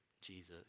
Jesus